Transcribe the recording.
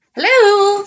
hello